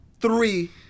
three